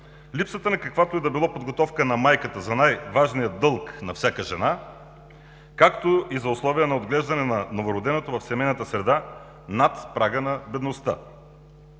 липса на каквато и да било подготовка на майката за най-важния дълг на всяка жена, както и на условия за новороденото в семейната среда на прага на бедността.